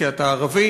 כי אתה ערבי,